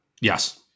Yes